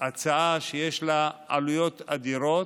הצעה שיש לה עלויות אדירות,